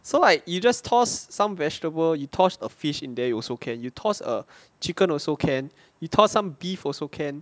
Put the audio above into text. so like you just toss some vegetable you toss a fish in there you also can you toss a chicken also can you toss some beef also can